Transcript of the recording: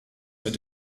mit